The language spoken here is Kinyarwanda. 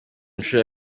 nshuro